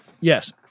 Yes